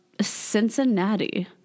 Cincinnati